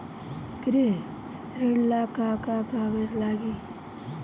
गृह ऋण ला का का कागज लागी?